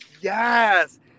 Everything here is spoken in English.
Yes